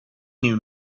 knew